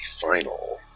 final